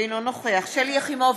אינו נוכח שלי יחימוביץ,